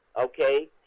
okay